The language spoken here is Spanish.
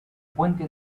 puente